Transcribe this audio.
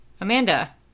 Amanda